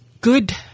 good